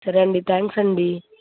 సరే అండి థ్యాంక్స్ అండి